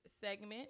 segment